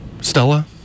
Stella